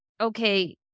okay